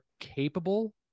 capable